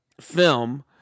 film